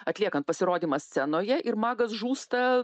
atliekant pasirodymą scenoje ir magas žūsta